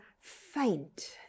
faint